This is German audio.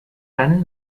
dann